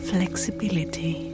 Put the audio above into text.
Flexibility